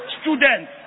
Students